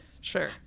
Sure